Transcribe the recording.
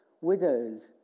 widows